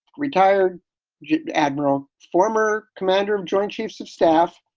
retired admiral, former commander of joint chiefs of staff,